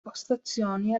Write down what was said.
postazioni